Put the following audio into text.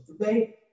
Today